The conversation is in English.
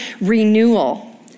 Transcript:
renewal